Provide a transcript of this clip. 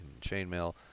chainmail